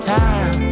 time